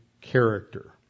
character